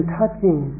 touching